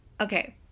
Okay